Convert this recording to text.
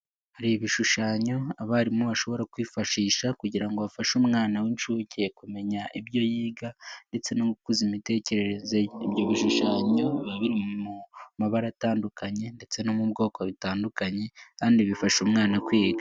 Hari ibishushanyo abarimu bashobora kwifashisha kugira ngo bafashe umwana w'incuke kumenya ibyo yiga ndetse no gukuza imitekerereze ye, ibyo bishushanyo biba biri mu mabara atandukanye ndetse no mu bwoko butandukanye kandi bifasha umwana kwiga.